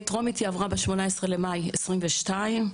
כטרומית ב-18 במאי 2022,